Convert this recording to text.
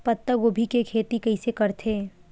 पत्तागोभी के खेती कइसे करथे?